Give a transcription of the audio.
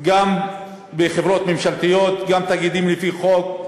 גם בחברות ממשלתיות וגם בתאגידים לפי חוק.